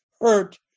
hurt